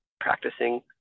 practicing